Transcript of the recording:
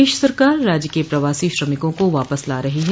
प्रदेश सरकार राज्य के प्रवासी श्रमिकों को वापस ला रही है